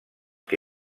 que